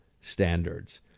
standards